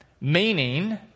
Meaning